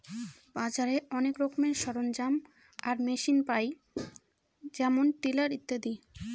বাজারে অনেক রকমের সরঞ্জাম আর মেশিন পায় যেমন টিলার ইত্যাদি